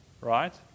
right